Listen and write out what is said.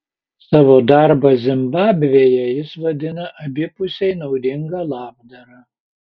savo darbą zimbabvėje jis vadina abipusiai naudinga labdara